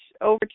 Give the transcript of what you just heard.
over